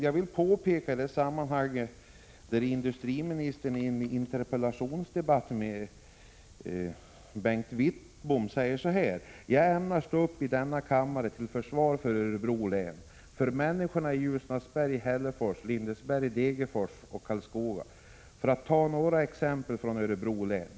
Jag vill påpeka att industriministern i en interpellationsdebatt för en månad sedan med Bengt Wittbom sade: ”Jag ämnar stå upp i denna kammare till försvar för Örebro län, för människorna i Ljusnarsberg, Hällefors, Lindesberg, Degerfors och Karlskoga, för att ta några exempel från Örebro län.